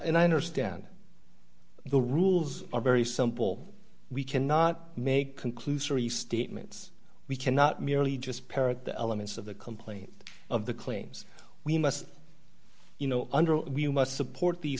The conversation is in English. and i understand the rules are very simple we cannot make conclusory statements we cannot merely just parrot the elements of the complaint of the claims we must you know under we must support the